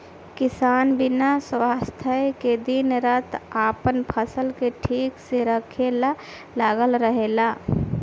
किसान बिना स्वार्थ के दिन रात आपन फसल के ठीक से रखे ला लागल रहेला